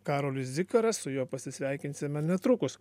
karolis zikaras su juo pasisveikinsime netrukus